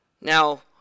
Now